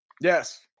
Yes